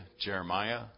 Jeremiah